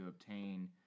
obtain